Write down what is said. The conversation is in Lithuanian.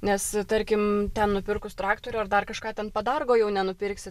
nes tarkim ten nupirkus traktorių ar dar kažką ten padargo jau nenupirksi